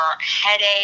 headache